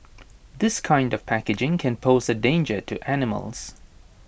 this kind of packaging can pose A danger to animals